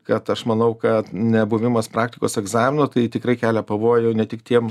kad aš manau kad nebuvimas praktikos egzamino tai tikrai kelia pavojų ne tik tiem